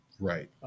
Right